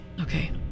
Okay